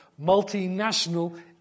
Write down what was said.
multinational